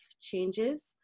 changes